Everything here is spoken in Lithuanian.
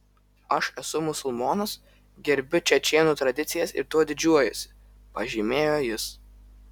aš esu musulmonas gerbiu čečėnų tradicijas ir tuo didžiuojuosi pažymėjo jis